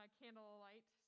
candlelight